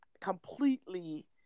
completely